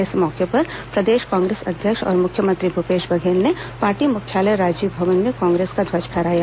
इस मौके पर प्रदेश कांग्रेस अध्यक्ष और मुख्यमंत्री भूपेश बघेल ने पार्टी मुख्यालय राजीव भवन में कांग्रेस का ध्वज फहराया